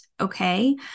Okay